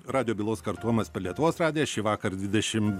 radijo bylos kartojimas per lietuvos radiją šįvakar dvidešim